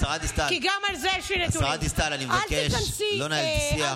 השרה דיסטל, השרה דיסטל, אני מבקש לא לנהל דו-שיח.